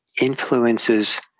influences